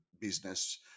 business